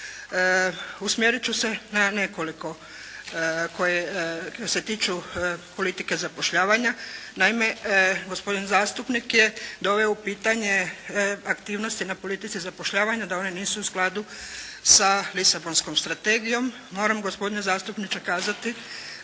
Usmjerit ću se na nekoliko koje je, koje se tiču politike zapošljavanja. Naime, gospodin zastupnik je doveo u pitanje aktivnosti na politici zapošljavanja, da one nisu u skladu sa Lisabonskom strategijom. Moram gospodine zastupniče kazati